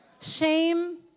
Shame